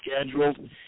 scheduled